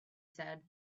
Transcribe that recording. said